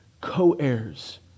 Co-heirs